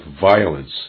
violence